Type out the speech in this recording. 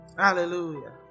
Hallelujah